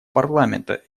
парламента